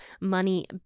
money